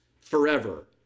forever